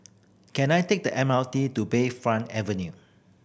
can I take the M R T to Bayfront Avenue